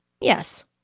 Yes